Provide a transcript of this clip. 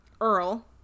Earl